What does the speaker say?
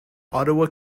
ottawa